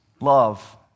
Love